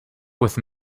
with